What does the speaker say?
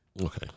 Okay